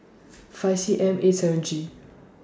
five C M eight seven G